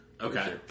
Okay